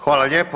Hvala lijepa.